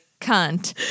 cunt